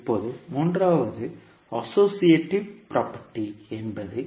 இப்போது மூன்றாவது associative property என்பது